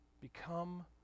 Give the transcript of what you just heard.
become